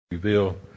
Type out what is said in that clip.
Reveal